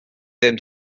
ddim